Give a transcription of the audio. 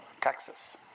Texas